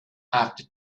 after